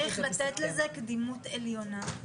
צריך לתת לזה קדימות עליונה.